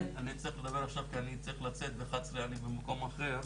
אני מעדיף לדבר עכשיו כי אני צריך לצאת ב-11:00 למקום אחר.